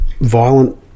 violent